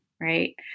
right